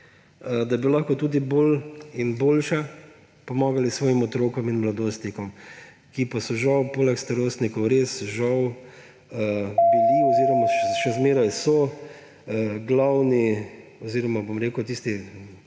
da bi lahko tudi bolj in boljše pomagali svojim otrokom in mladostnikom, ki pa so žal poleg starostnikov res, žal, bili oziroma še vedno so glavne oziroma tiste